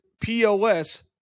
POS